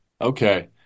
okay